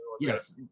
Yes